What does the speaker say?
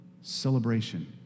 celebration